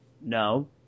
No